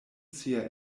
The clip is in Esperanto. sia